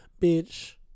bitch